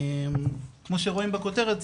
כמו שרואים בכותרת,